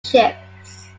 ships